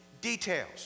Details